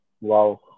Wow